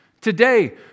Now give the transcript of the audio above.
today